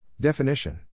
Definition